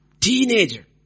teenager